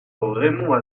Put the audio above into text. raymond